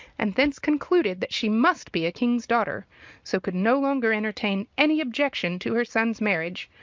and then concluded that she must be a king's daughter so could no longer entertain any objection to her son's marriage,